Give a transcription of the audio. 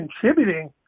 contributing